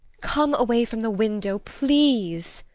come away from the window please.